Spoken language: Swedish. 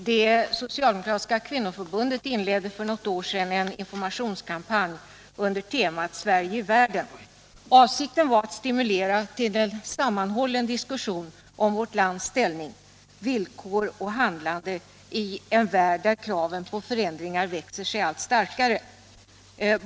Herr talman! Sveriges socialdemokratiska kvinnoförbund inledde för något år sedan en informationskampanj under temat Sverige i världen. Avsikten var att stimulera till en sammanhållen diskussion om vårt lands ställning, villkor och handlande i en värld där kraven på förändringar växer sig allt starkare.